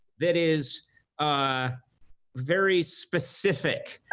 that is a very specific,